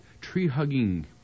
tree-hugging